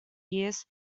years